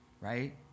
Right